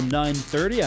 930